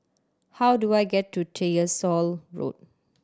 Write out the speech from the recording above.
how do I get to Tyersall Road